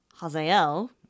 hazael